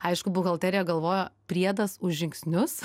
aišku buhalteriją galvojo priedas už žingsnius